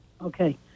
Okay